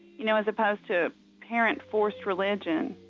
you know, as opposed to parent-forced religion.